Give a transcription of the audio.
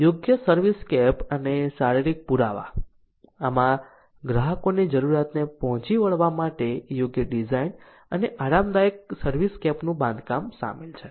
યોગ્ય સર્વિસસ્કેપ અને શારીરિક પુરાવા આમાં ગ્રાહકોની જરૂરિયાતોને પહોંચી વળવા માટે યોગ્ય ડિઝાઇન અને આરામદાયક સર્વિસસ્કેપનું બાંધકામ શામેલ છે